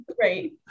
Right